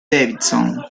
davidson